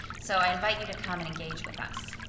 so i invite you to come and engage with us.